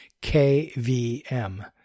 k-v-m